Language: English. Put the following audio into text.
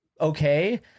okay